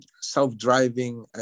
self-driving